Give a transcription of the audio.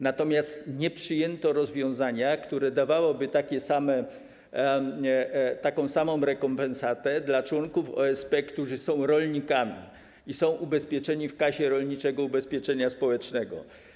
Natomiast nie przyjęto rozwiązania, które dawałoby taką samą rekompensatę dla członków OSP, którzy są rolnikami i są ubezpieczeni w Kasie Rolniczego Ubezpieczenia Społecznego.